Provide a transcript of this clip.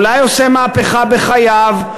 אולי עושה מהפכה בחייו,